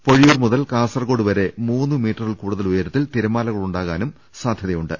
പൊഴിയൂർ മുതൽ കാസർകോട് വരെ മൂന്ന് മീറ്ററിൽ കൂടുതൽ ഉയരത്തിൽ തിരമാലക ളുണ്ടാകാനും സാധ്യതയുണ്ട്